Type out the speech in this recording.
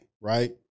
right